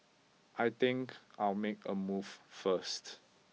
I think I'll make a move first